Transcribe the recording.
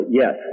yes